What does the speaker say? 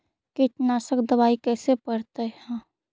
कीटनाशक दबाइ कैसे पड़तै है?